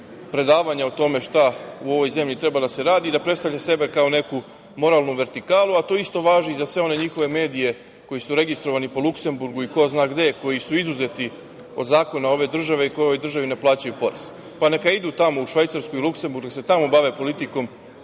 predavanja o tome šta u ovoj zemlji treba da se radi, da predstavlja sebe kao neku moralnu vertikalu, a to isto važi i za sve one njihove medije koji su registrovani po Luksemburgu i ko zna gde, koji su izuzeti od zakona ove države i koji u ovoj državi ne plaćaju porez? Neka idu tako u Švajcarsku i Luksemburg i nek se tamo bave politikom,